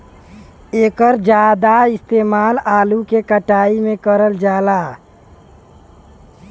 एकर जादा इस्तेमाल आलू के कटाई में करल जाला